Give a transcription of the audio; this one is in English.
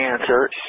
answer